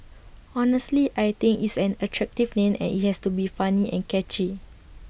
honestly I think it's an attractive name and IT has to be funny and catchy